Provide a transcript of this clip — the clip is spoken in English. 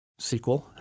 SQL